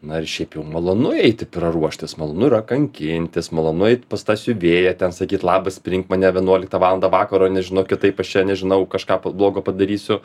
na ir šiaip jau malonu eiti per ruoštis malonu yra kankintis malonu eit pas tą siuvėją ten sakyt labas priimk mane vienuoliktą valandą vakaro nes žinok kitaip aš čia nežinau kažką p blogo padarysiu